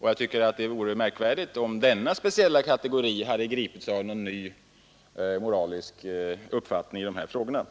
Jag tycker att det vore märkvärdigt, om den här speciella katagorin hade gripits av någon ny moralisk uppfattning i de här frågorna.